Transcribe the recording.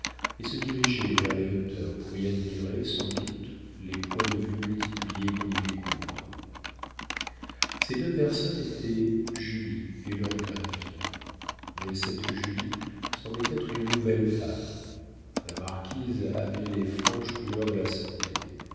et se dirigeaient vers les hauteurs pour y admirer sans doute les points de vue multipliés qu'on y découvre ces deux personnes étaient julie et lord grenville mais cette julie semblait être une nouvelle femme la marquise avait les franches couleurs de la santé